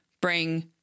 bring